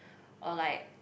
or like